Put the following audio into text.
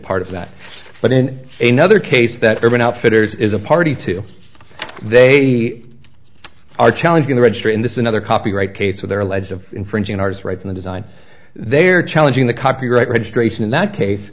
part of that but in a nother case that urban outfitters is a party to they are challenging the registry in this another copyright case with their legs of infringing ours rights in the design they are challenging the copyright registration in that case